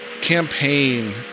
campaign